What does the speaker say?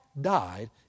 died